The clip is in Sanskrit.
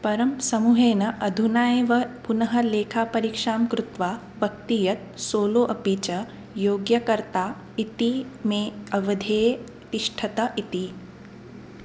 परं समूहेन अधुनैव पुनः लेखापरीक्षां कृत्वा वक्ति यत् सोलो अपि च योग्यकर्ता इति मे अवधेः तिष्ठत इति